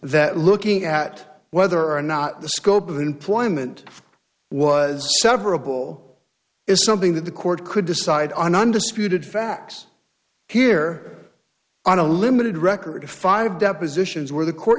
that looking at whether or not the scope of employment was several is something that the court could decide on undisputed facts here on a limited record five depositions where the court